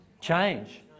Change